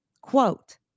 quote